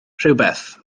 rhywbeth